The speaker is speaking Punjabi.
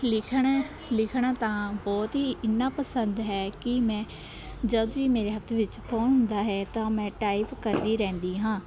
ਲਿਖਣ ਲਿਖਣਾ ਤਾਂ ਬਹੁਤ ਹੀ ਇੰਨਾਂ ਪਸੰਦ ਹੈ ਕਿ ਮੈਂ ਜਦ ਵੀ ਮੇਰੇ ਹੱਥ ਵਿੱਚ ਫ਼ੋਨ ਹੁੰਦਾ ਹੈ ਤਾਂ ਮੈਂ ਟਾਈਪ ਕਰਦੀ ਰਹਿੰਦੀ ਹਾਂ